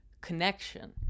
connection